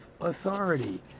authority